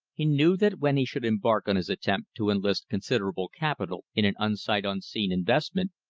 he knew that when he should embark on his attempt to enlist considerable capital in an unsight unseen investment,